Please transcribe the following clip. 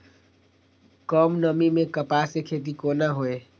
कम नमी मैं कपास के खेती कोना हुऐ?